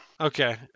okay